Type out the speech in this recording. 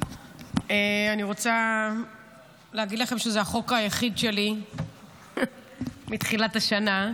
אני רוצה להגיד לכם שזה החוק היחיד שלי מתחילת השנה,